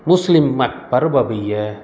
मुस्लिमक पर्व अबैए